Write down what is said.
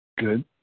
Good